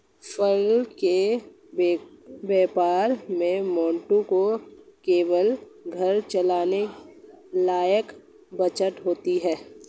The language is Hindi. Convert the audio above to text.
फल के व्यापार में मंटू को केवल घर चलाने लायक बचत होती है